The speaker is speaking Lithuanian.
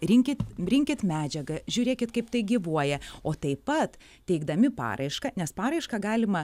rinkit rinkit medžiagą žiūrėkit kaip tai gyvuoja o taip pat teikdami paraišką nes paraišką galima